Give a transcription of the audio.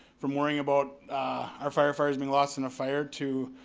from worrying about our firefighters being lost in a fire, to,